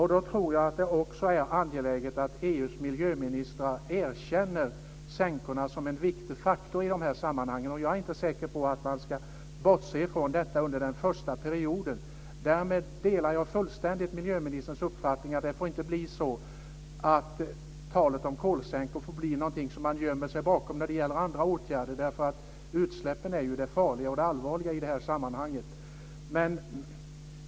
Jag tror att det också är angeläget att EU:s miljöministrar erkänner sänkorna som en viktig faktor. Jag är inte säker på att man ska bortse från detta under den första perioden. Därmed delar jag fullständigt miljöministerns uppfattning att det inte får bli så att talet om kolsänkor är någonting som man gömmer sig bakom när det gäller andra åtgärder. Utsläppen är ju det farliga och det allvarliga i detta sammanhang.